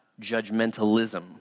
judgmentalism